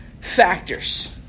factors